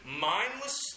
mindless